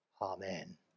Amen